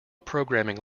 programming